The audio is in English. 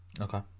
Okay